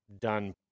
done